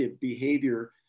behavior